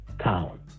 town